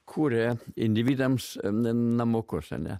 kūrė individams namukus ane